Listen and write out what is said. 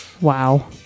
Wow